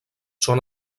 són